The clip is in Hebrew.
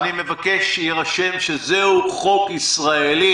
אני מבקש שיירשם שזהו חוק ישראלי,